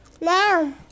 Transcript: No